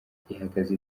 ihagaze